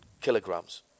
kilograms